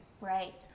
Right